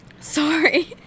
Sorry